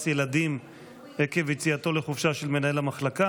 ילדים עקב יציאתו לחופשה של מנהל המחלקה.